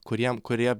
kuriem kurie